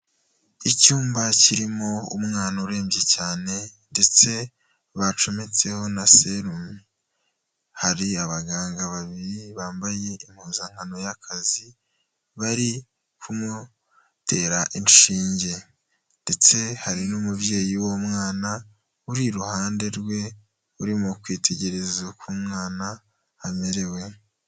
Icyumba kirimo umwana urembye cyane ndetse bacometseho na serumu, hari abaganga babiri bambaye impuzankano y'akazi, bari kumutera inshinge ndetse hari n'umubyeyi w'umwana, uri iruhande rwe urimo kwitegereza uko umwana amerewe.